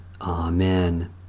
Amen